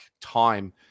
time